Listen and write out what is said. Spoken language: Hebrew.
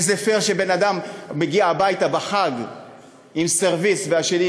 וזה פייר שבן-אדם מגיע הביתה בחג עם סרוויס והשני,